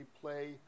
play